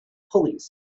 pulleys